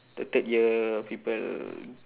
the third year people